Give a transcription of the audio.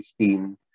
15